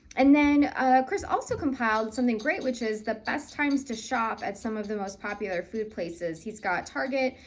and then kris also compiled something great which is the best times to shop at some of the most popular food places. he's got target,